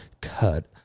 cut